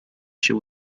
się